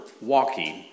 walking